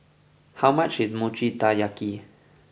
how much is Mochi Taiyaki